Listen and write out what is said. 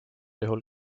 juhul